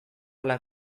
ala